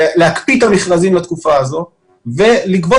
להקפיא את המכרזים לתקופה הזאת ולגבות